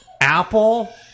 Apple